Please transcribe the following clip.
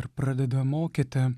ir pradeda mokyti